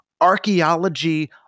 archaeology